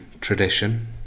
tradition